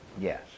Yes